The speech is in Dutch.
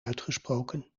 uitgesproken